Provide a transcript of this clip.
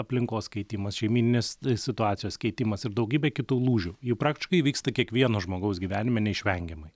aplinkos keitimas šeimyninės situacijos keitimas ir daugybė kitų lūžių jų praktiškai įvyksta kiekvieno žmogaus gyvenime neišvengiamai